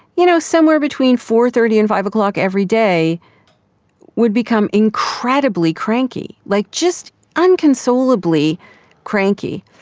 you know somewhere between four. thirty and five o'clock every day would become incredibly cranky, like just inconsolably cranky.